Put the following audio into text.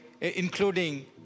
including